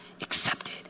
accepted